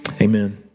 Amen